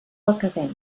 acadèmic